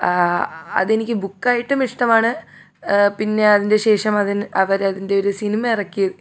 അതെനിക്ക് ബുക്കായിട്ടും ഇഷ്ടമാണ് പിന്നെ അതിൻ്റെശേഷം അതിന് അവരതിൻ്റെ ഒരു സിനിമ ഇറക്കി